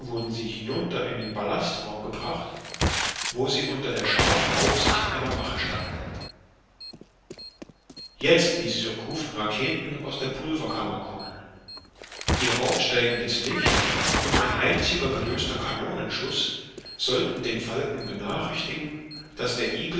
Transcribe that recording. wurden sie hinunter in den ballastraum gebracht wo sie unter der scharfen aufsicht einer wache standen jetzt ließ surcouf raketen aus der pulverkammer kommen ihr aufsteigendes licht und ein einziger gelöster kanonenschuß sollten den falken benachrichtigen daß der